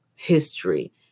history